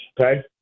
okay